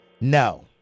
No